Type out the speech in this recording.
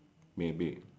maybe